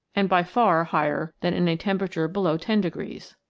and by far higher than in a temperature below ten degrees.